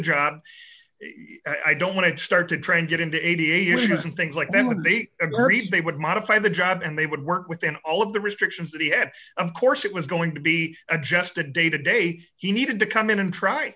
job i don't want to start to try and get into eighty eight years and things like that would be agreed they would modify the job and they would work within all of the restrictions that he had of course it was going to be a just a day to day he needed to come in and try